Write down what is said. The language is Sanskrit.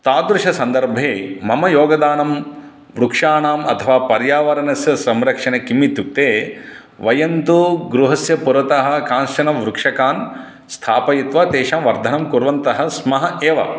तादृशसन्दर्भे मम योगदानं वृक्षाणाम् अथवा पर्यावरणस्य संरक्षणे किम् इत्युक्ते वयं तु गृहस्य पुरतः काँश्चन वृक्षकान् स्थापयित्वा तेषां वर्धनं कुर्वन्तः स्मः एव